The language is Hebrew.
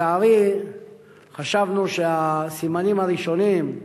לצערי חשבנו שהסימנים הראשונים,